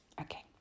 Okay